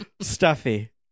stuffy